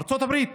ארצות הברית